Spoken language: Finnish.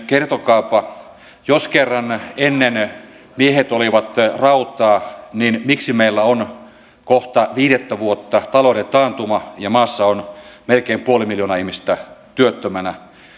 kertokaapa että jos kerran ennen miehet olivat rautaa niin miksi meillä on kohta viidettä vuotta talouden taantuma ja maassa on melkein puoli miljoonaa ihmistä työttömänä